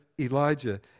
Elijah